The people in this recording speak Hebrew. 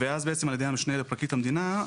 אז על ידי המשנה לפרקליט המדינה,